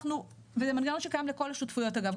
זה מנגנון שקיים לכל השותפויות אגב,